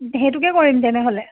সেইটোকে কৰিম তেনেহ'লে